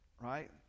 right